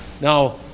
Now